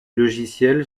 logiciel